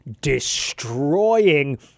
destroying